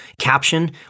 caption